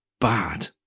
bad